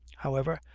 however,